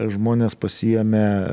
žmonės pasiėmė